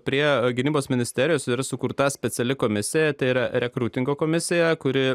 prie gynybos ministerijos ir sukurta speciali komisija tai yra rekrutingo komisija kuri